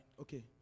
Okay